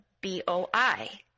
B-O-I